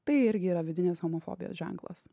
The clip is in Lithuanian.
tai irgi yra vidinės homofobijos ženklas